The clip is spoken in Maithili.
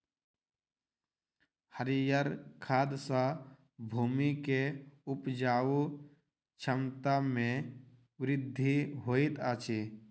हरीयर खाद सॅ भूमि के उपजाऊ क्षमता में वृद्धि होइत अछि